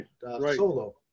Solo